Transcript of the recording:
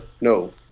No